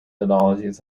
methodologies